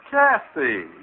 Cassie